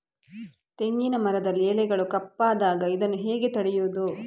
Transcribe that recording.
ತೆಂಗಿನ ಮರದಲ್ಲಿ ಎಲೆಗಳು ಕಪ್ಪಾದಾಗ ಇದನ್ನು ಹೇಗೆ ತಡೆಯುವುದು?